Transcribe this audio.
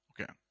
Okay